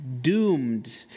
doomed